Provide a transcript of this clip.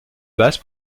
basse